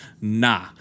Nah